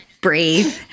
breathe